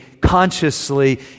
consciously